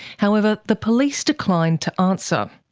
however, the police declined to answer.